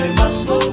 mango